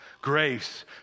grace